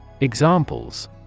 Examples